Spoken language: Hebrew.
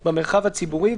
במרחב הציבורי,